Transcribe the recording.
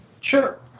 Sure